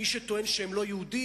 מי שטוען שהם לא יהודים,